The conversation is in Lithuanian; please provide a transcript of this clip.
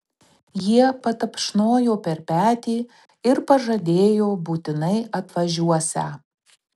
jie patapšnojo per petį ir pažadėjo būtinai atvažiuosią